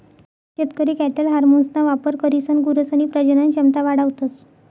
शेतकरी कॅटल हार्मोन्सना वापर करीसन गुरसनी प्रजनन क्षमता वाढावतस